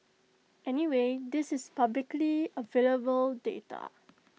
anyway this is publicly available data